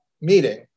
meeting